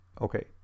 okay